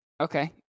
Okay